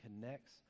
connects